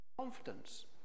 confidence